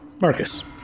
Marcus